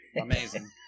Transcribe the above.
amazing